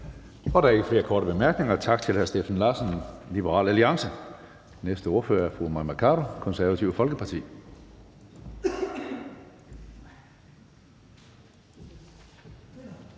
Der er ikke ønske om korte bemærkninger. Tak til hr. Steffen Larsen, Liberal Alliance. Næste ordfører er fru Mai Mercado, Det Konservative Folkeparti.